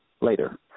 later